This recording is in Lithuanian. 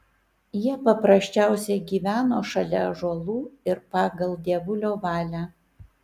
jie paprasčiausiai gyveno šalia ąžuolų ir pagal dievulio valią